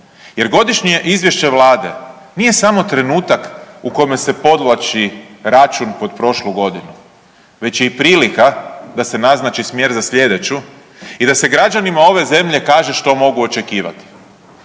Jer godišnje izvješće Vlade nije samo trenutak u kome se podvlači račun pod prošlu godinu već je i prilika da se i naznači smjer za slijedeću i da se građanima ove zemlje kaže što mogu očekivati.